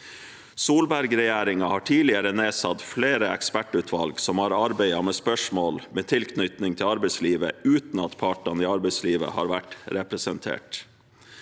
Solberg-regjeringen har tidligere nedsatt flere ekspertutvalg som har arbeidet med spørsmål om tilknytning til arbeidslivet, uten at partene i arbeidslivet har vært representert.